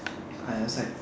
I was like